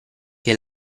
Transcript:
che